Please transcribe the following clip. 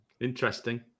Interesting